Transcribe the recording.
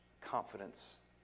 confidence